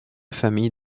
famille